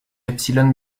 epsilon